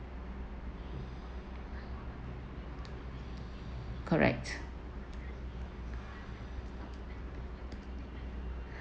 correct